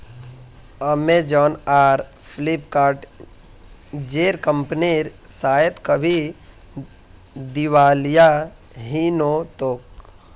Amazon आर फ्लिपकार्ट जेर कंपनीर शायद कभी दिवालिया नि हो तोक